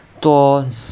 多